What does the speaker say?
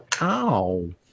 Ow